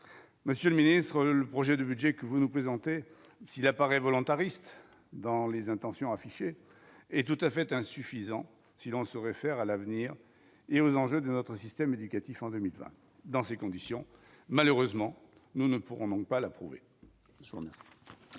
monsieur le ministre, le projet de budget que vous nous présentez s'il apparaît volontariste dans les intentions affichées et tout à fait insuffisant si l'on se réfère à l'avenir et aux enjeux de notre système éducatif en 2020 dans ces conditions, malheureusement nous ne pourrons donc pas l'approuver,